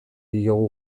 diogu